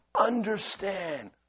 understand